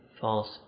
false